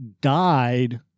died